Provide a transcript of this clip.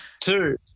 two